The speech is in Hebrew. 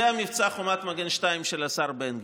זה מבצע חומת מגן 2 של השר בן גביר.